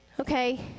Okay